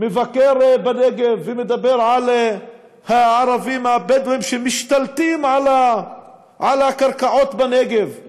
מבקר בנגב ומדבר על הערבים הבדואים שמשתלטים על הקרקעות בנגב,